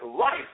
life